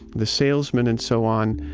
the salesmen and so on,